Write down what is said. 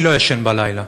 ואני לא ישן בלילה.